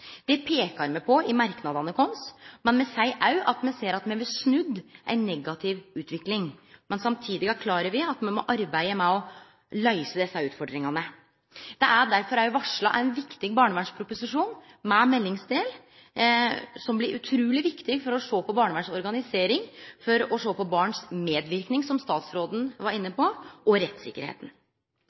Det peikar me på i merknadene våre, men me seier òg at me ser at me har snudd ei negativ utvikling. Samtidig er me klare over at me må arbeide med å løyse desse utfordringane. Det er derfor òg varsla ein viktig barnevernsproposisjon med meldingsdel, som blir utruleg viktig for å sjå på organiseringa av barnevernet, for å sjå på barns medverknad, som statsråden var inne på, og